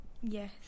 Yes